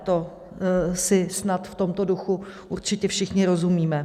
To si snad v tomto duchu určitě všichni rozumíme.